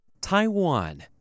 Taiwan